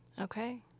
Okay